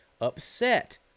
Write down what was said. upset